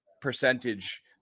percentage